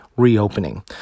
reopening